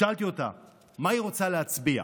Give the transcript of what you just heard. שאלתי אותה מה היא רוצה להצביע.